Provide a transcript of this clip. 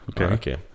Okay